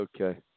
okay